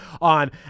on